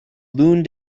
loon